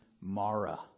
Mara